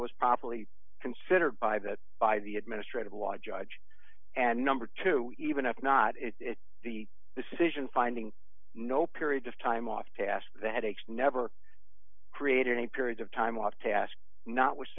it was properly considered by the by the administrative law judge and number two even if not in the decision finding no period of time off to ask the headaches never create any period of time off task not